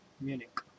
Munich